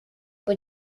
but